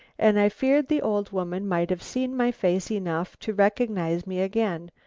and i feared the old woman might have seen my face enough to recognise me again.